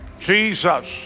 Jesus